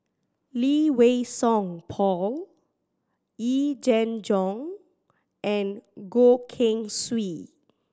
Lee Wei Song Paul Yee Jenn Jong and Goh Keng Swee